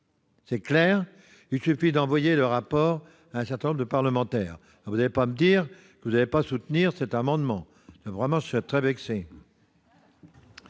en plus, il suffit d'envoyer le rapport à un certain nombre de parlementaires. Vous n'allez pas me répondre que vous n'allez pas soutenir cet amendement ! Sinon, je serai très vexé